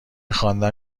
خواندن